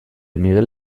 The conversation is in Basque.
miguel